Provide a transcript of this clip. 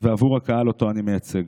ועבור הקהל שאותו אני מייצג.